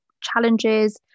challenges